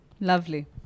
Lovely